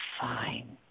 fine